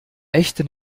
echte